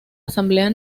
asamblea